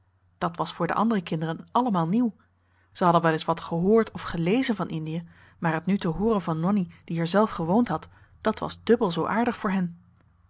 dat was voor de andere kinderen allemaal nieuw ze hadden wel eens wat gehoord of gelezen van indië maar het nu te hooren van nonnie die er zelf gewoond had dat was dubbel zoo aardig voor hen